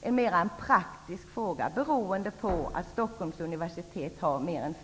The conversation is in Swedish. Det är mera en praktisk fråga, beroende på att Stockholms universitet har mer än